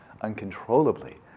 uncontrollably